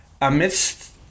amidst